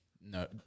No